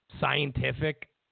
Scientific